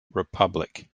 republic